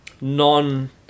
non